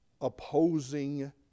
opposing